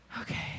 Okay